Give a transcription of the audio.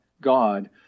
God